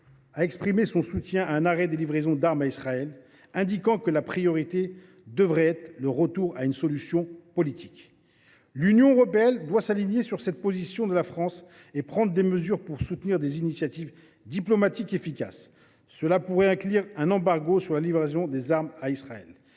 était favorable à un arrêt des livraisons d’armes à Israël, en indiquant que la priorité devait être le retour à une solution politique. L’Union européenne doit s’aligner sur cette position de la France et prendre des mesures pour soutenir des initiatives diplomatiques efficaces. Cela pourrait inclure un embargo sur la livraison des armes à Israël.